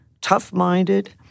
tough-minded